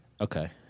Okay